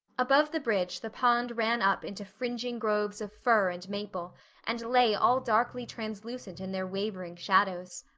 above the bridge the pond ran up into fringing groves of fir and maple and lay all darkly translucent in their wavering shadows.